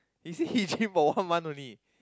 he say he gym for one month only